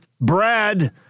Brad